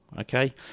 Okay